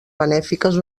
benèfiques